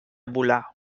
volar